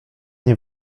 nie